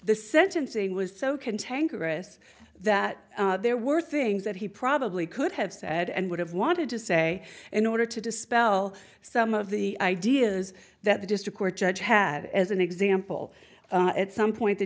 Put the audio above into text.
the sentencing was so contained caress that there were things that he probably could have said and would have wanted to say in order to dispel some of the ideas that the district court judge had as an example at some point the